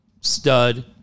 Stud